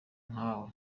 nkawe